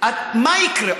מה יקרה?